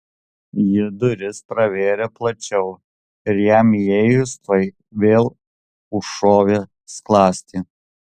ji duris pravėrė plačiau ir jam įėjus tuoj vėl užšovė skląstį